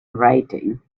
writing